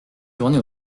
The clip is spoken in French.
journée